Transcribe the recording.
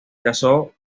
casó